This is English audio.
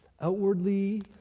outwardly